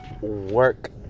work